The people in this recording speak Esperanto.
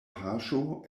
paŝo